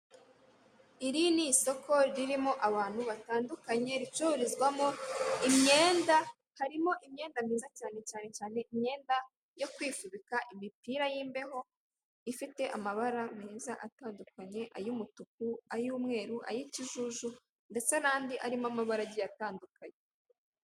Iri ni isoko ririmo abantu batandukanye, ricururizwamo imyenda, harimo imyenda myiza cyane cyane cyane imyenda yo kwifubika, imipira y'imbeho ifite amabara meza atandukanye ay'umutuku, ay'umweru, ay'ikijuju ndetse n'andi arimo amabara agiye atandukanye.